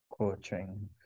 coaching